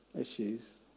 issues